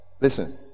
Listen